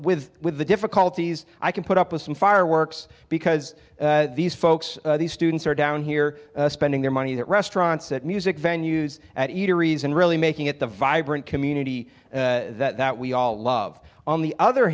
with with the difficulties i can put up with some fireworks because these folks these students are down here spending their money that restaurants and music venues and eateries and really making it the vibrant community that we all love on the other